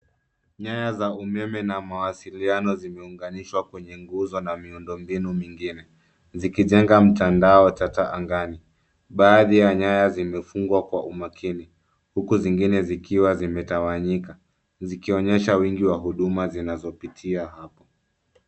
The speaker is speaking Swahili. Nyaya za umeme na mawasiliano zimeunganishwa kwenye nguzo na miundo mbinu mingine. Zikijenga mtandao tata angani. Baadhi ya nyaya zimefungwa kwa umakini, huku zingine zikiwa zimetawanyika, zikionyesha wingi wa huduma zinazopitia hapo.